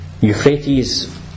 Euphrates